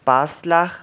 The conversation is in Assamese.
পাঁচ লাখ